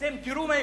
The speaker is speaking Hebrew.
אתם תראו מה יקרה,